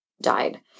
died